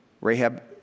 Rahab